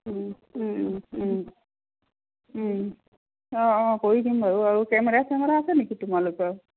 অঁ অঁ কৰি দিম বাৰু আৰু কেমেৰা চেমেৰা আছে নেকি তোমালোকৰ